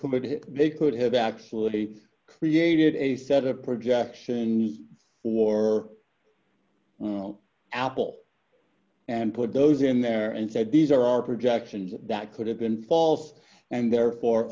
committee they could have actually created a set a projection for well apple and put those in there and said these are our projections that could have been false and therefore